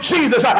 Jesus